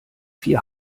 vier